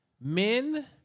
men